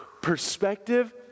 perspective